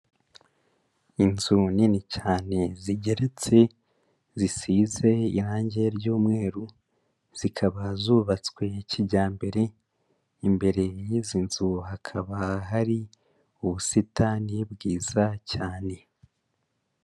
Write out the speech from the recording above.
Inzu nini cyane zigeretse, zisize irange ry'umweru, zikaba zubatswe kijyambere, imbere y'izi nzu hakaba hari ubusitani bwiza cyane.